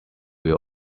will